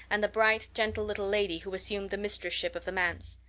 and the bright, gentle little lady who assumed the mistress-ship of the manse.